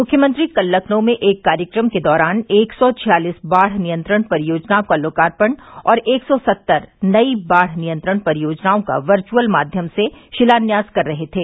मुख्यमंत्री कल लखनऊ में एक कार्यक्रम के दौरान एक सौ छियालीस बाढ़ नियंत्रण परियोजनाओं का लोकार्पण और एक सौ सत्तर नई बाढ़ नियंत्रण परियोजनाओं का वर्चअल माध्यम से शिलान्यास कर रहे थे